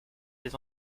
des